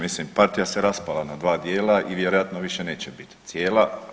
Mislim partija se raspala na dva dijela i vjerojatno više neće biti cijela.